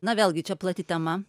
na vėlgi čia plati tema